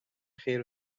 خیر